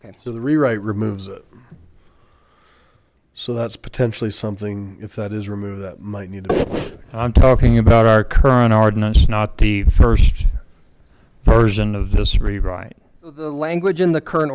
ok so the rewrite removes it so that's potentially something if that is removed that might you know what i'm talking about our current ordinance not the first version of this rewrite the language in the current